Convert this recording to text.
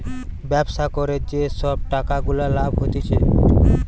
ব্যবসা করে যে সব টাকা গুলা লাভ হতিছে